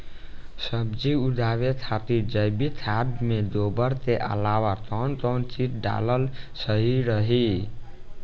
सब्जी उगावे खातिर जैविक खाद मे गोबर के अलाव कौन कौन चीज़ डालल सही रही?